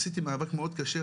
עשיתי מאבק מאוד קשה.